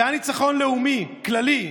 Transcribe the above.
זה היה ניצחון לאומי כללי,